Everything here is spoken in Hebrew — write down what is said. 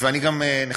ואני גם נחשפתי